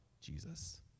Jesus